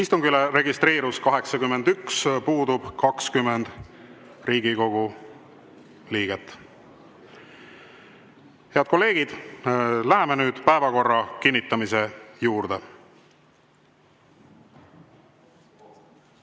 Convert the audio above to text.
Istungile registreerus 81, puudub 20 Riigikogu liiget. Head kolleegid! Läheme nüüd päevakorra kinnitamise juurde.